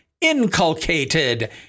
inculcated